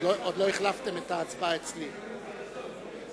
ההצעה בדבר